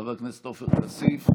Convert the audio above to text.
חבר הכנסת ג'אבר עסאקלה,